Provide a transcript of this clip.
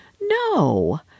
No